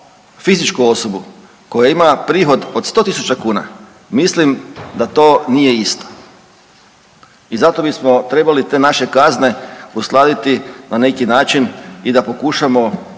fizičku osobu koja ima prihod od 100 000 kuna, mislim da to nije isto i zato bismo trebali te naše kazne uskladiti na neki način i da pokušamo